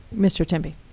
mr. temby.